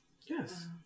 Yes